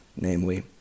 namely